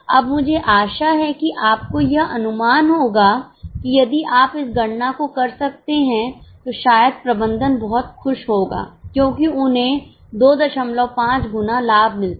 अब मुझे आशा है कि आपको यह अनुमान होगा कि यदि आप इस गणना को कर सकते हैं तो शायद प्रबंधन बहुत खुश होगा क्योंकि उन्हें 25 गुना लाभ मिलता है